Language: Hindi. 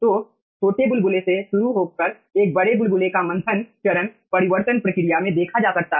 तो छोटे बुलबुले से शुरू होकर एक बड़े बुलबुले का मंथन चरण परिवर्तन प्रक्रिया में देखा जा सकता है